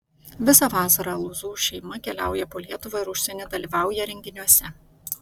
visą vasarą alūzų šeima keliauja po lietuvą ir užsienį dalyvauja renginiuose